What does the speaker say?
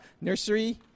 nursery